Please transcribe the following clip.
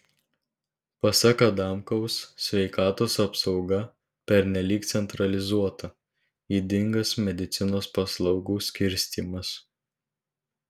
pasak adamkaus sveikatos apsauga pernelyg centralizuota ydingas medicinos paslaugų skirstymas